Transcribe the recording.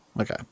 Okay